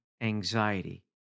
anxiety